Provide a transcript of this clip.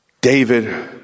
David